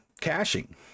caching